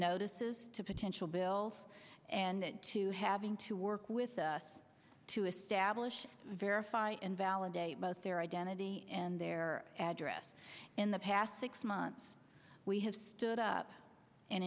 notices to potential bills and to having to work with to establish verify and validate both their identity and their address in the past six once we have stood up an